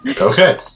Okay